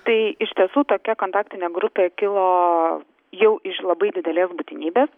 tai iš tiesų tokia kontaktinė grupė kilo jau iš labai didelės būtinybės